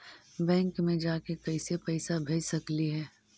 Bank मे जाके कैसे पैसा भेज सकली हे?